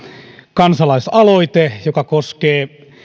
kansalaisaloite joka koskee